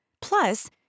Plus